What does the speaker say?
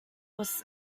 was